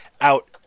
out